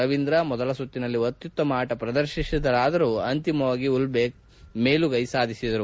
ರವೀಂದ್ರ ಮೊದಲ ಸುತ್ತಿನಲ್ಲಿ ಅತ್ತುತ್ತಮ ಆಟ ಪ್ರದರ್ಶಿಸಿದರಾದರೂ ಸಹ ಅಂತಿಮವಾಗಿ ಉಲ್ಬೇಕ್ ಮೇಲುಗೈ ಸಾಧಿಸಿದರು